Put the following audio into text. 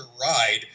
ride